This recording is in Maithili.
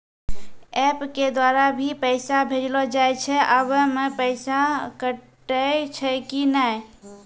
एप के द्वारा भी पैसा भेजलो जाय छै आबै मे पैसा कटैय छै कि नैय?